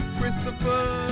Christopher